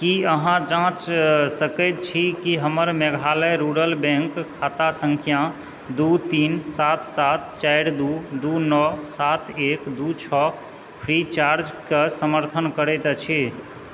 की अहाँ जाँच सकैत छी कि हमर मेघालय रूरल बैंक खाता सङ्ख्या दू तीन सात सात चारि दू दू नओ सात एक दू छओ फ्रीचार्जकऽ समर्थन करैत अछि